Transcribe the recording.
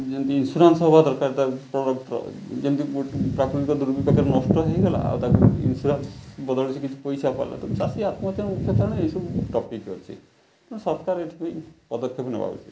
ଯେମିତି ଇନ୍ସୁରାନ୍ସ ହବା ଦରକାର ତା ପ୍ରଡ଼କ୍ଟର ଯେମିତି ପ୍ରାଥମିକ ଦୁର୍ବୀପାକରେ ନଷ୍ଟ ହେଇଗଲା ଆଉ ତାକୁ ଇନ୍ସୁରାନ୍ସ ବଦଳଳିଛି କିଛି ପଇସା ପାଇଲା ତ ଚାଷୀ ଆତ୍ମହତ୍ୟା ମୁଖ୍ୟ କାରଣ ଏଇସବୁ ଟପିକ ଅଛି ତ ସରକାର ଏଥିପାଇଁ ପଦକ୍ଷେପ ନେବା ଉଚିତ